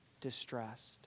distressed